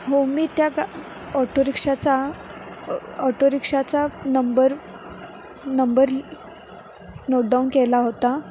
हो मी त्या ऑटोरिक्षाचा ऑटोरिक्षाचा नंबर नंबर नोटडाऊन केला होता